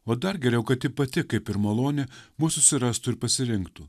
o dar geriau kad ji pati kaip ir malonė mus susirastų ir pasirinktų